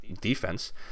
defense